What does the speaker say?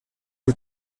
est